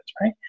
right